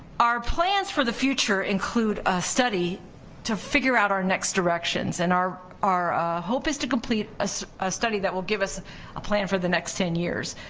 our plans for the future include a study to figure out our next directions and our our hope is to complete a study that will give us a plan for the next ten years.